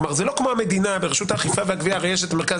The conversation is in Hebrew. ברשות האכיפה והגבייה הרי יש את המרכז